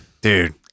dude